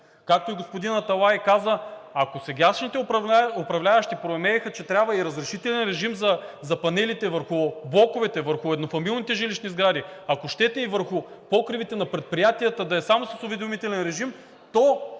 Както и господин Аталай каза, ако сегашните управляващи проумееха, че трябва и разрешителен режим за панелите върху блоковете, върху еднофамилните жилищни сгради, ако щете и върху покривите на предприятията, да е само с уведомителен режим, то